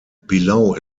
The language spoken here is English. below